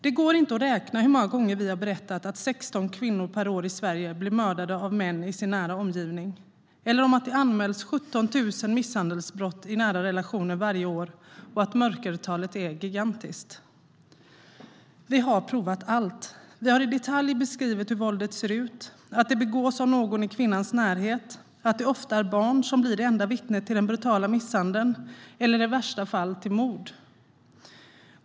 Det går inte att räkna hur många gånger vi har berättat att 16 kvinnor per år blir mördade av män i sin nära omgivning i Sverige, att 17 000 misshandelsbrott i nära relationer anmäls varje år och att mörkertalet är gigantiskt. Vi har provat allt. Vi har beskrivit i detalj hur våldet ser ut. Vi har berättat att det begås av någon i kvinnans närhet och att det ofta är barn som blir enda vittnet till den brutala misshandeln eller i värsta fall till mord.